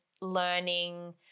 learning